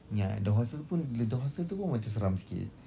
ya and the hostel pun the hostel tu pun macam seram sikit